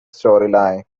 storyline